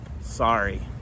sorry